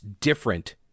different